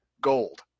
Gold